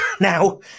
Now